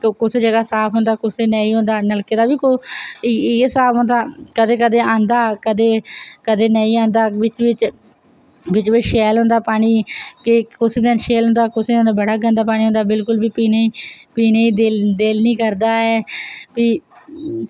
कुसे जगाह् साफ होंदा कुसे नेईं होदा बौलिया बी इयैै हिसाव होंदा कदैं कदैं आंदा कदैं नेईं आंदा बिच्च बिच्च शैल होंदा पानी कुसे दिन शैल औंदा कुसे दिन बिल्कुल पीने गी दिन नी करदा ऐ फ्ही